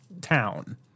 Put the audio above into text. town